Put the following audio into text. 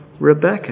Rebecca